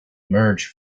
emerge